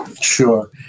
Sure